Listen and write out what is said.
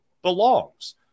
belongs